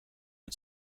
het